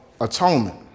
atonement